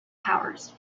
powers